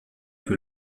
que